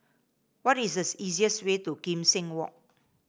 what is the easiest way to Kim Seng Walk